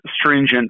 stringent